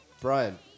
Brian